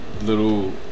Little